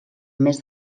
més